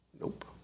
Nope